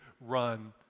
run